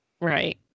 Right